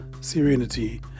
serenity